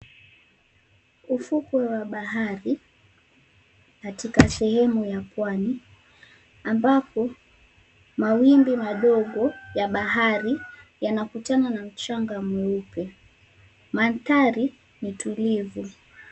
Ufuko wa bahari, katika sehemu ya pwani, ambapo mawimbi madogo ya bahari yanakutanana na mchanga mweupe. Mandhari ni tulivu.